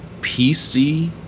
PC